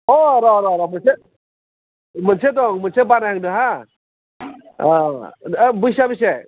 अह र' र' र' मोनसे मोनसे दं मोनसे बानायहांदों हाह बैसोआ बेसे